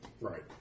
Right